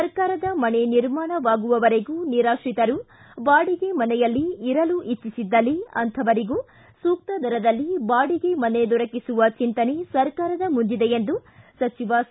ಸರ್ಕಾರದ ಮನೆ ನಿರ್ಮಾಣವಾಗುವವರೆಗೂ ನಿರಾತ್ರಿತರು ಬಾಡಿಗೆ ಮನೆಯಲ್ಲಿ ಇರಲು ಇಜ್ಜಿಸಿದಲ್ಲಿ ಅಂಥವರಿಗೂ ಸೂಕ್ತ ದರದಲ್ಲಿ ಬಾಡಿಗೆ ಮನೆ ದೊರಕಿಸುವ ಚಿಂತನೆ ಸರ್ಕಾರದ ಮುಂದಿದೆ ಎಂದು ಸಚಿವ ಸಾ